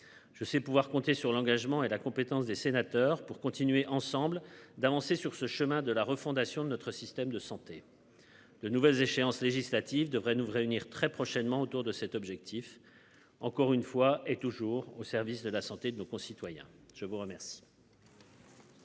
Je sais pouvoir compter sur l'engagement et la compétence des sénateurs pour continuer ensemble d'avancer sur ce chemin de la refondation de notre système de santé. De nouvelles échéances législatives devrait nous réunir très prochainement autour de cet objectif. Encore une fois et toujours au service de la santé de nos concitoyens. Je vous remercie.